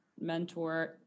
mentor